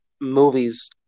movies